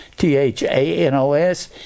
T-H-A-N-O-S